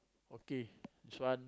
okay this one